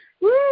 Woo